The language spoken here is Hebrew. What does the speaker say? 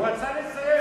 הוא רצה לסיים,